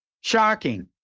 Shocking